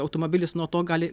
automobilis nuo to gali